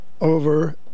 over